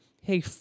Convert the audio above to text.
Hey